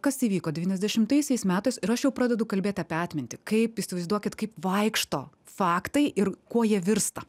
kas įvyko devyniasdešimtaisiais metais ir aš jau pradedu kalbėti apie atmintį kaip įsivaizduokit kaip vaikšto faktai ir kuo jie virsta